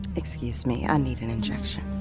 excuse me, i need an injection